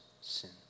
sin